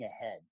ahead